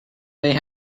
they